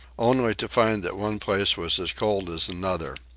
only to find that one place was as cold as another.